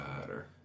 better